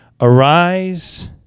Arise